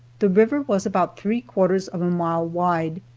the river was about three-quarters of a mile wide,